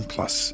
Plus